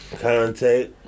contact